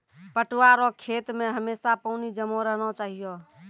पटुआ रो खेत मे हमेशा पानी जमा रहना चाहिऔ